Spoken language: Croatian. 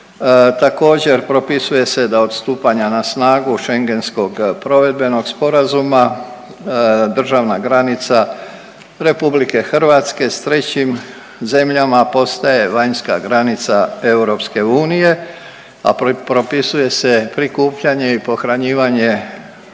Također propisuje se da od stupanja na snagu Schengenskog provedbenog sporazuma državna granica RH s trećim zemljama postaje vanjska granica EU. A propisuje se prikupljanje i pohranjivanje